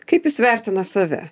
kaip jis vertina save